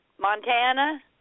Montana